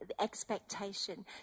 expectation